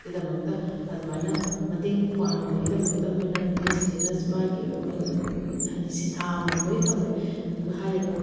ꯒꯤꯗꯃꯛꯇ ꯑꯗꯨꯃꯥꯏꯅ ꯃꯇꯦꯡ ꯄꯥꯡꯕꯒꯤꯗꯃꯛꯇ ꯑꯩꯈꯣꯏꯅ ꯅꯨꯄꯤꯁꯤꯡꯁꯤꯅ ꯃꯥꯒꯤ ꯑꯣꯏꯕ ꯍꯥꯏꯗꯤ ꯁꯤꯟꯊꯥ ꯑꯃꯃꯝ ꯂꯣꯏ ꯊꯝꯃꯦ ꯑꯗꯨꯒ ꯍꯥꯏꯔꯤꯕ